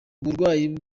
uburwayi